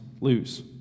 lose